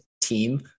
team